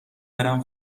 برم